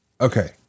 Okay